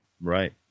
Right